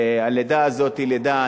והלידה הזאת היא לידה,